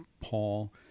Paul